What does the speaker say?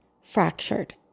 fractured